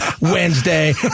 Wednesday